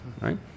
right